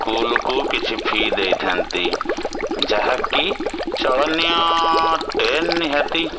school କୁ କିଛି fee ଦେଇଥାନ୍ତି ଯାହାକି ଚଳନୀୟ ଅଟେ ନିହାତି